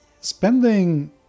spending